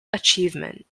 achievement